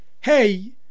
hey